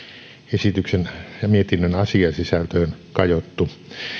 esityksen ja mietinnön asiasisältöön kajottu